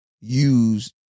Use